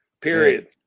period